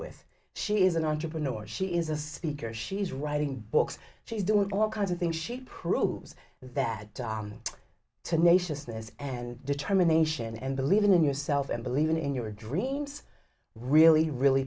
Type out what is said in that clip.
with she is an entrepreneur she is a speaker she's writing books she's doing all kinds of things she proves that tenaciousness and determination and believing in yourself and believing in your dreams really really